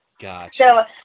Gotcha